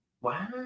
Wow